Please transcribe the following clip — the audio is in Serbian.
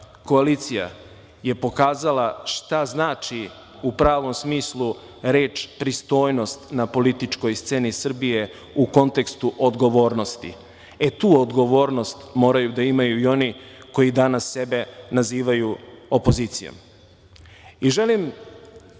koalicija je pokazala šta znači u pravom smislu reč pristojnost na političkoj sceni Srbije u kontekstu odgovornosti i tu odgovornost moraju da imaju i oni koji danas sebe nazivaju opozicijom. Želim